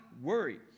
worry